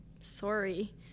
Sorry